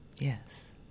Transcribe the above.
Yes